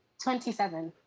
twenty seven.